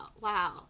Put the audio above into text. Wow